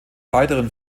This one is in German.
weiteren